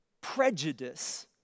prejudice